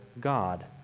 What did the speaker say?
God